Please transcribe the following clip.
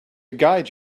guide